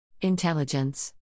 intelligence